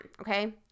okay